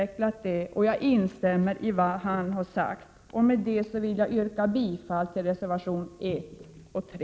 Jag instämmer i vad han har sagt. Med detta vill jag yrka bifall till reservationerna 1 och 3.